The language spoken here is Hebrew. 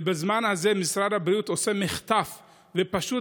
בזמן הזה משרד הבריאות עושה מחטף ופשוט